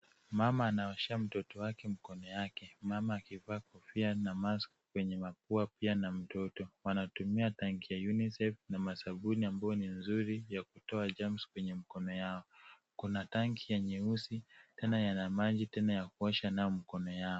Mama anaosha mtoto wake mikono yake mama akivaa kofia na mask kwenye mapua pia na mtoto. Wanatumia tanki ya UNICEF na masabuni ambayo ni mzuri ya kutoa germs kwenye mikono yao. kuna tanki ya nyeusi tena yana maji tena ya kuosha nayo mikono yao.